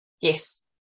Yes